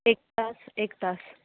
एक तास एक तास